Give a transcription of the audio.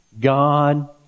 God